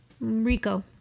rico